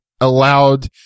allowed